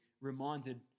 reminded